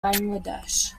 bangladesh